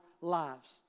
lives